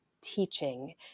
teaching